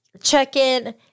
check-in